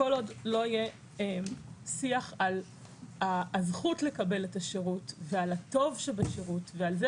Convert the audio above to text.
כל עוד לא יהיה שיח על הזכות לקבל את השירות ועל הטוב שבשירות ועל זה